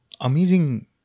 Amazing